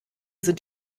sind